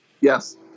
Yes